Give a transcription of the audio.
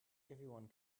everyone